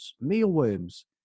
mealworms